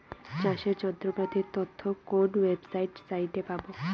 চাষের যন্ত্রপাতির তথ্য কোন ওয়েবসাইট সাইটে পাব?